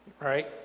Right